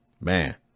Man